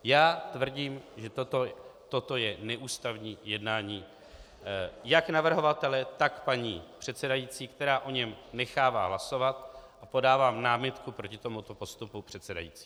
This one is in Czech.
Já tvrdím, že toto je neústavní jednání jak navrhovatele, tak paní předsedající, která o něm nechává hlasovat, a podávám námitku proti tomuto postupu předsedající.